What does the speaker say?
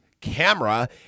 camera